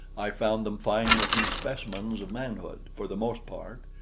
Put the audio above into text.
i found them fine-looking specimens of manhood, for the most part.